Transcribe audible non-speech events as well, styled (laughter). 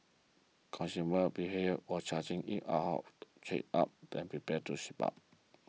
consumer behaviour was changing in (unintelligible) shape up than prepared to ship out